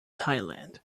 thailand